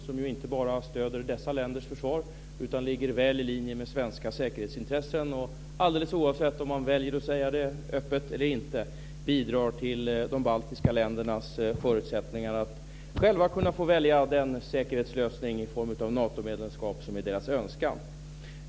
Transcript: Det är inte bara ett stöd för dessa länders försvar utan ligger väl i linje med svenska säkerhetsintressen och som, alldeles oavsett om man väljer att säga det öppet eller inte, bidrar till de baltiska ländernas förutsättningar att själva kunna få välja den säkerhetslösning i form av Natomedlemskap som är deras önskan.